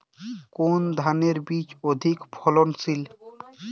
কোন ধানের বীজ অধিক ফলনশীল?